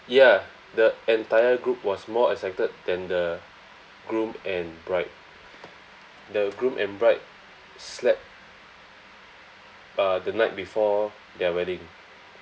ya the entire group was more excited than the groom and bride the groom and bride slept uh the night before their wedding